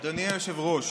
אדוני היושב-ראש,